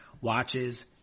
watches